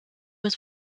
was